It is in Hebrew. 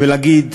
ולהגיד